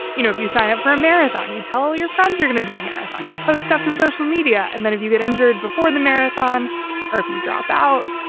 you know if you sign up for a marathon, you tell all your friends are going to do the marathon, you put a stop to social media and then if you get injured before and the marathon marathon or if you drop out,